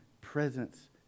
presence